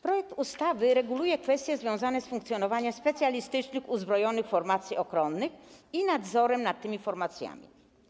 Projekt ustawy reguluje kwestie związane z funkcjonowaniem specjalistycznych uzbrojonych formacji ochronnych i z nadzorem nad tymi formacjami.